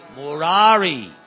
Murari